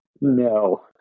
No